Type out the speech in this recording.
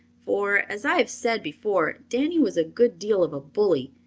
for, as i have said before, danny was a good deal of a bully,